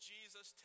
Jesus